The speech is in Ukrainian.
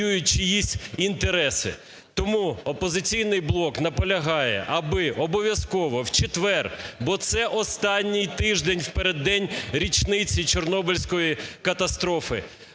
Тому "Опозиційний блок" наполягає, аби обов'язково в четвер, бо це останній тиждень у переддень річниці Чорнобильської катастрофи,